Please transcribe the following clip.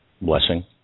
blessing